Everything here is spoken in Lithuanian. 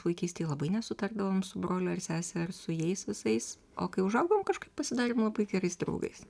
vaikystėj labai nesutardavom su broliu ar sese ar su jais visais o kai užaugom kažkaip pasidarėm labai gerais draugais